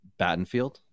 Battenfield